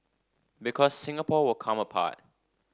because Singapore will come apart